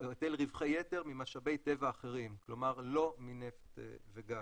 יתר ממשאבי טבע אחרים, כלומר לא מנפט וגז.